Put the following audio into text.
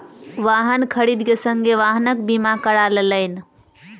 वाहन खरीद के संगे वाहनक बीमा करा लेलैन